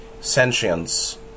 sentience